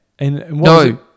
No